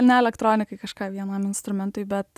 ne elektronikai kažką vienam instrumentui bet